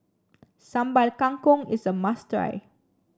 Sambal Kangkong is a must try